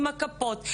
עם הסבר על הכפות,